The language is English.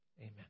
Amen